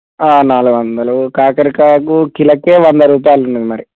నాలుగొందలు కాకరకాయకు కిలోకే వంద రూపాయలు ఉన్నది మరి